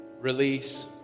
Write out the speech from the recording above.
release